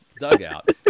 dugout